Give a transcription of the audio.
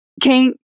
King